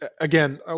again